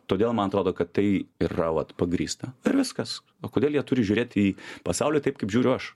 todėl man atrodo kad tai ir vat pagrįsta ir viskas o kodėl jie turi žiūrėti į pasaulį taip kaip žiūriu aš